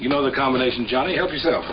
you know the combination johnny help yourself